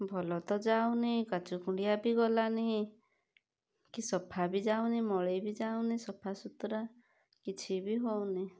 ଭଲ ତ ଯାଉନି କାଛୁକୁଣ୍ଡିଆ ବି ଗଲାନି କି ସଫା ବି ଯାଉନି ମଳି ବି ଯାଉନି ସଫାସୁତୁରା କିଛି ବି ହଉନି